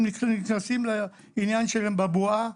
הם נכנסים לעניין שלהם בבועה,